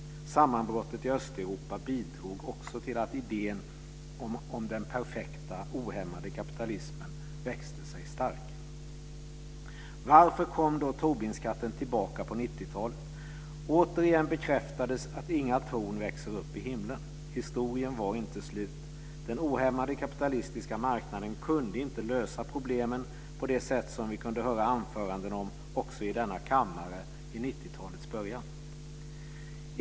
Sammanbrottet i Östeuropa bidrog också till att idén om den perfekta ohämmade kapitalismen växte sig stark. Varför kom då Tobinskatten tillbaka på 90-talet? Återigen bekräftades att inga torn växer upp i himlen. Historien var inte slut. Den ohämmade kapitalistiska marknaden kunde inte lösa problemen på det sätt som vi kunde höra anföranden om också i denna kammare i 90-talets början.